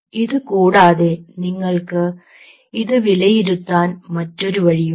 ഇത് കൂടാതെ നിങ്ങൾക്ക് ഇത് വിലയിരുത്താൻ മറ്റൊരു വഴിയുണ്ട്